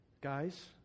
Guys